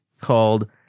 called